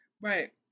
Right